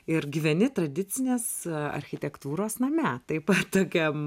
ir gyveni tradicinės architektūros name taip ar tokiam